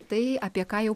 tai apie ką jau